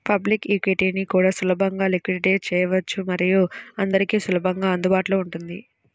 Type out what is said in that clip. public ఈక్విటీని కూడా సులభంగా లిక్విడేట్ చేయవచ్చు మరియు అందరికీ సులభంగా అందుబాటులో ఉంటుంది